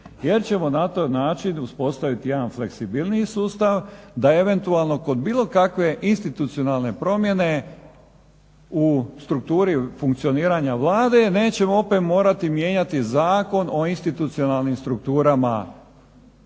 jer ćemo na taj način uspostaviti jedan fleksibilniji sustav. Da eventualno kod bilo kakve institucionalne promjene u strukturi funkcioniranja Vlade nećemo opet morati mijenjati Zakon o institucionalnim strukturama